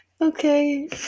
Okay